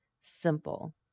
simple